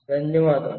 ధన్యవాదాలు